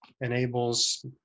enables